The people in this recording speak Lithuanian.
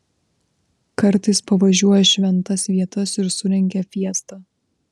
kartais pavažiuoja į šventas vietas ir surengia fiestą